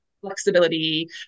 flexibility